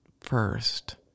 first